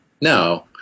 No